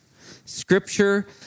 Scripture